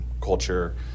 culture